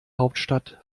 hauptstadt